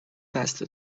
دست